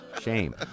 Shame